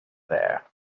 there